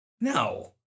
no